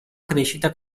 crescita